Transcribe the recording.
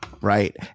Right